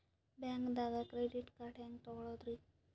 ಬ್ಯಾಂಕ್ದಾಗ credit card ಹೆಂಗ್ ತಗೊಳದ್ರಿ?